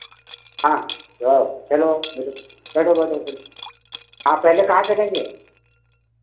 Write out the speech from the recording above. हाँ तो आओ चलो बैठो बैठो बैठो चलो आप पहले कहाँ चलेंगे